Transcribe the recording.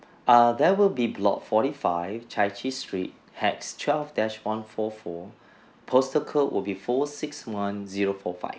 err that would be block forty five chai chee street at twelve dash one four four postal code would be four six one zero four five